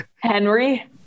Henry